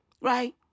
right